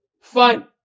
Fine